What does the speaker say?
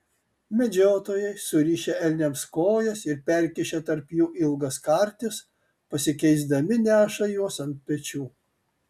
medžiotojai surišę elniams kojas ir perkišę tarp jų ilgas kartis pasikeisdami neša juos ant pečių